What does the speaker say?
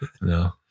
No